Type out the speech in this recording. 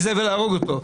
אומר לאיזבל להרוג אותו.